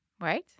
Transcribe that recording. right